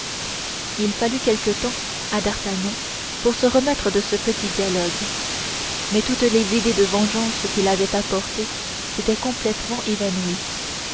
il fallut quelque temps à d'artagnan pour se remettre de ce petit dialogue mais toutes les idées de vengeance qu'il avait apportées s'étaient complètement évanouies